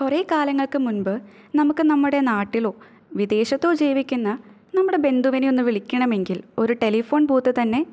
കുറേ കാലങ്ങൾക്ക് മുൻപ് നമുക്ക് നമ്മുടെ നാട്ടിലോ വിദേശത്തോ ജീവിക്കുന്ന നമ്മുടെ ബന്ധുവിനെ ഒന്ന് വിളിക്കണമെങ്കിൽ ഒരു ടെലിഫോൺ ബൂത്ത് തന്നെ